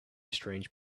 strange